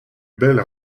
belle